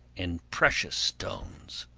and precious stones.